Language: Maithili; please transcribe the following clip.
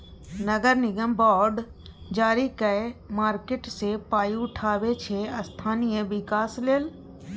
नगर निगम बॉड जारी कए मार्केट सँ पाइ उठाबै छै स्थानीय बिकास लेल